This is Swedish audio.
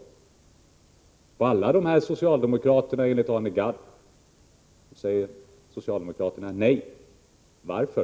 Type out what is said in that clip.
Enligt Arne Gadd säger socialdemokraterna nej på alla dessa områden. Varför?